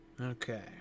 Okay